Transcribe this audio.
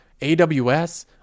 AWS